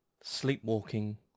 sleepwalking